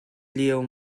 lio